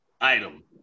item